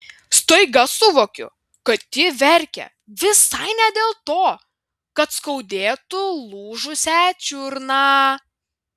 staiga suvokiu kad ji verkia visai ne dėl to kad skaudėtų lūžusią čiurną